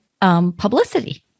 publicity